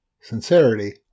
Sincerity